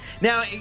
Now